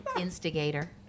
instigator